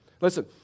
Listen